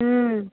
ହୁଁ